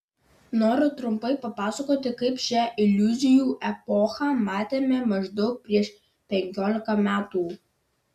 noriu trumpai papasakoti kaip šią iliuzijų epochą matėme maždaug prieš penkiolika metų